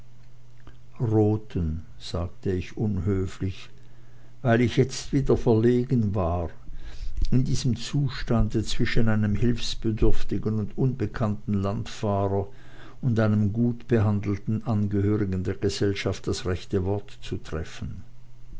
roten sagte ich unhöflich weil ich jetzt wieder verlegen war in diesem zustande zwischen einem hilfsbedürftigen und unbekannten landfahrer und einem gut behandelten angehörigen der gesellschaft das rechte wort zu treffen